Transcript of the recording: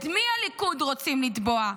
את מי הליכוד רוצים לתבוע?